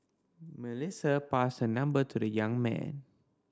Melissa passed her number to the young man